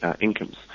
incomes